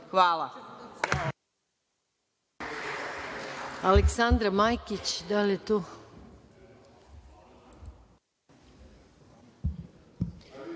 Hvala.